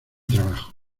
trabajo